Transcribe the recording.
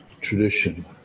tradition